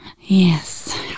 Yes